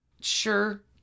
sure